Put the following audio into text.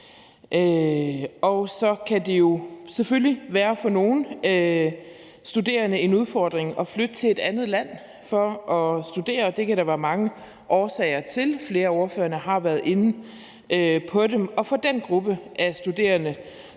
Så kan det selvfølgelig for nogle studerende være en udfordring at flytte til et andet land for at studere, og det kan der være mange årsager til. Flere af ordførerne har været inde på dem, og for den gruppe af studerende